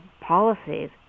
policies